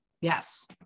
Yes